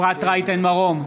אפרת רייטן מרום,